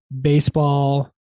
baseball